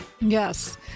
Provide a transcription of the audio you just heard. Yes